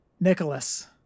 Nicholas